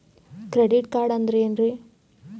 Credit card ಅಂದ್ರ ಏನ್ರೀ?